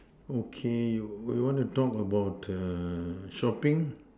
okay you you want to talk about shopping